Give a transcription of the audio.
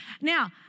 Now